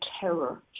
terror